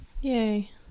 Yay